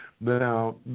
now